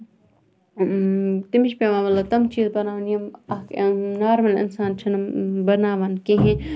تَمِچ پیٚوان مطلب تِم چیٖز بَناوٕنۍ اکھ نارمَل اِنسان چھُ بَناوان کہِ